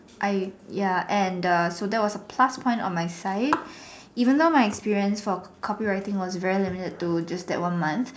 I ya and err so that was a plus point on my side even though my experience for copy writing was very limited to just that one month